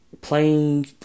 playing